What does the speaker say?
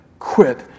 Quit